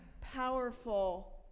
powerful